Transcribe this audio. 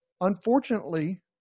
Unfortunately